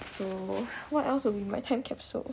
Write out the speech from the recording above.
so what else will be in my time capsule